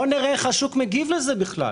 בוא נראה איך השוק מגיב לזה בכלל,